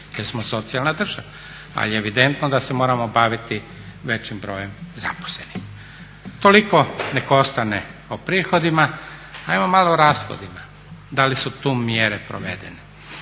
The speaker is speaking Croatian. jer smo socijalna država, ali je evidentno da se moramo baviti većim brojem zaposlenih. Toliko nek ostane o prihodima. Ajmo malo o rashodima, da li su tu mjere provedene?